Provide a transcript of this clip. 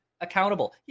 accountable